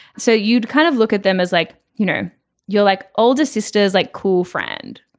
so you'd kind of look at them as like you know you're like older sisters like cool friend.